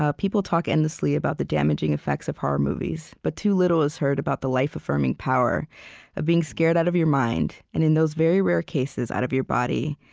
ah people talk endlessly about the damaging effects of horror movies, but too little is heard about the life-affirming power of being scared out of your mind, and in those very rare cases, out of your body.